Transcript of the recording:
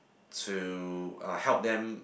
to uh help them